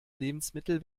lebensmittel